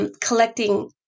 collecting